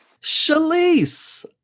Shalice